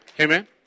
Amen